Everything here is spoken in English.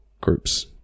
groups